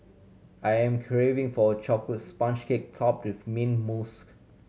I am craving for a chocolate sponge cake top with mint mousse